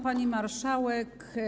Pani Marszałek!